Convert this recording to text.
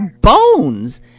bones